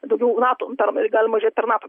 daugiau nato dar galima žiūrėt per nato